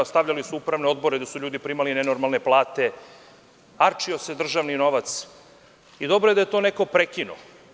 Stavljali su upravne odbore, gde su ljudi primali nenormalne plate, arčio se državni novac i dobro je da je to neko prekinuo.